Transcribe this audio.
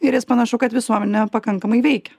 ir panašu kad visuomenę pakankamai veikia